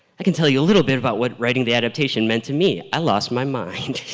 i can tell you a little bit about what writing the adaptation meant to me. i lost my mind.